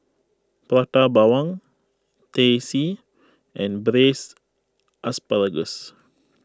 Prata Bawang Teh C and Braised Asparagus